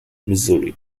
missouri